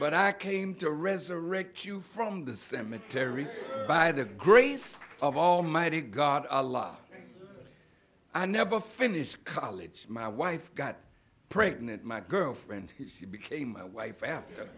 but i came to resurrect cue from the cemetery by the grace of almighty god a lot i never finished college my wife got pregnant my girlfriend he became my wife after